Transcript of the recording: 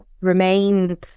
remain